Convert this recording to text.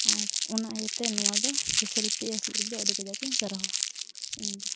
ᱟᱨ ᱚᱱᱟ ᱤᱭᱟᱹᱛᱮ ᱱᱚᱣᱟ ᱫᱚ ᱫᱚ ᱟᱹᱰᱤ ᱠᱟᱡᱟᱠ ᱤᱧ ᱥᱟᱨᱦᱟᱣᱟ ᱤᱧᱫᱚ